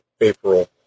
April